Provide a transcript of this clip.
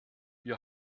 wir